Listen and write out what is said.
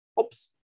oops